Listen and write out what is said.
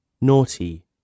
naughty